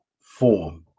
form